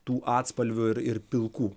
tų atspalvių ir ir pilkų